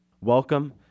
Welcome